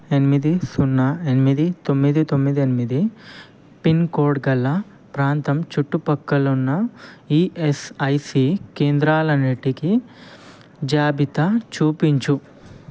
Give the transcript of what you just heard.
ఎనిమిది సున్నా ఎనిమిది తొమ్మిది తొమ్మిది ఎనిమిది పిన్ కోడ్ గల ప్రాంతం చుట్టుపక్కలున్న ఈఎస్ఐసి కేంద్రాలన్నిటికి జాబితా చూపించు